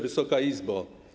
Wysoka Izbo!